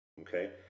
Okay